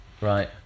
Right